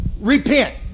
Repent